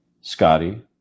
Scotty